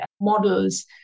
models